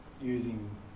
Using